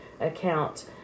account